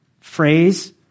phrase